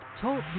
Talk